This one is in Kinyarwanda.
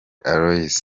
aloys